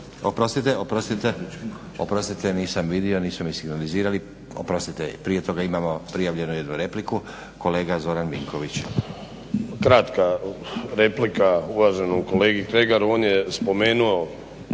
Izvolite. Oprostite nisam vidio nisu mi signalizirali, oprostite. Prije toga imamo prijavljenu jednu repliku. Kolega Zoran Vinković. **Vinković, Zoran (HDSSB)** Kraka replika uvaženom kolegi Kregaru. On je spomenuo